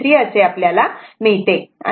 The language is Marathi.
23 असे आपल्याला मिळते